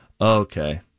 Okay